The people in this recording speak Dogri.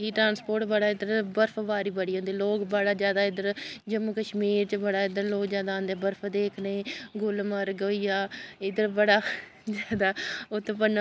कि ट्रांस्पोर्ट बड़ा इद्धर बर्फबारी बड़ी होंदी लोक बड़ा जैदा इद्धर जम्मू कश्मीर च लोक बड़ा इद्धर जैदा औंदे बर्फ दिक्खने गुलमर्ग होई आ इद्धर बड़ा जैदा उत्पन्न